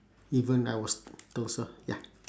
even I was told so ya